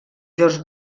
george